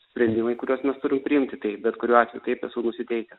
sprendimai kuriuos mes turim priimti tai bet kuriuo atveju taip esu nusiteikęs